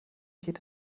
geht